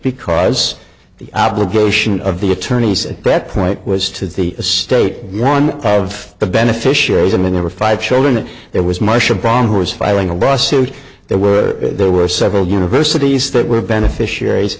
because the obligation of the attorneys at that point was to the state run out of the beneficiaries and there were five children and there was marcia braun who was filing a lawsuit there were there were several universities that were beneficiaries